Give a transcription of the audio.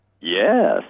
Yes